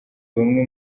bamwe